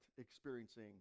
experiencing